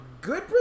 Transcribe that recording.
good